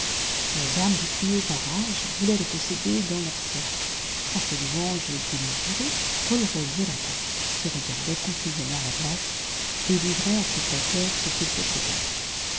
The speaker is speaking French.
les dames du plus haut parage voulaient le posséder dans leurs cercles a ces louanges démesurées paul relevait la tête se regardait complaisamment à la glace et livrait à ses flatteurs ce qu'il possédait